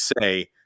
say